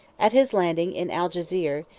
at his landing in algezire,